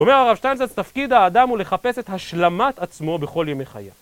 אומר הרב שטיינזץ, תפקיד האדם הוא לחפש את השלמת עצמו בכל ימי חייו.